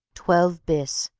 twelve bis,